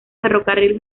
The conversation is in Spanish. ferrocarril